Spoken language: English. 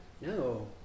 no